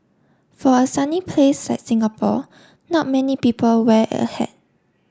for a sunny place like Singapore not many people wear a hat